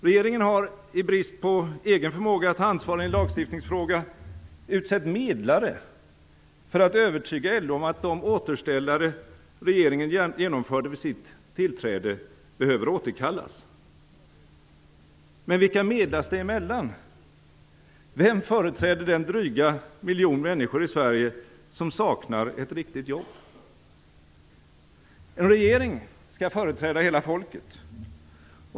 Regeringen har i brist på egen förmåga att ta ansvar i en lagstiftningsfråga utsett medlare för att övertyga LO om att de återställare regeringen genomförde vid sitt tillträde behöver återkallas. Men vilka medlas det emellan? Vem företräder den dryga miljon människor i Sverige som saknar ett riktigt jobb? En regering skall företräda hela folket.